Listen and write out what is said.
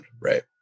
right